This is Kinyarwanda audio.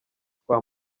twa